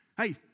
Hey